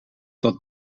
dat